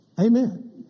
Amen